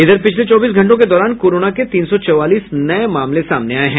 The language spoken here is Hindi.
इधर पिछले चौबीस घंटो के दौरान कोरोना के तीन सौ चौवालीस नये मामले सामने आये हैं